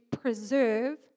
preserve